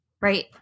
right